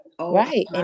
Right